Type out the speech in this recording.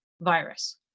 virus